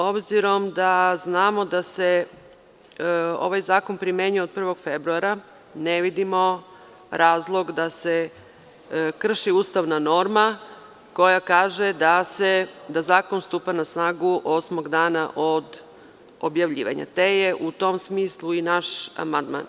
Obzirom da znamo da se ovaj zakon primenjuje od 1. februara, ne vidimo razlog da se krši ustavna norma, koja kaže da zakon stupa na snagu osmog dana od objavljivanja, te je u tom smislu i naš amandman.